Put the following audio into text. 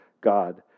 God